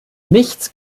nichts